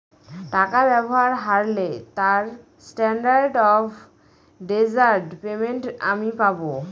টাকা ব্যবহার হারলে তার স্ট্যান্ডার্ড অফ ডেজার্ট পেমেন্ট আমি পাব